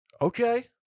Okay